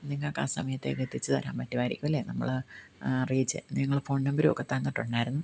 നിങ്ങൾക്ക് ആ സമയത്തേക്ക് എത്തിച്ച് തരാൻ പറ്റുമായിരിക്കും അല്ലേ നമ്മൾ റീച്ച് നിങ്ങൾ ഫോൺ നമ്പറും ഒക്കെ തന്നിട്ടുണ്ടായിരുന്നു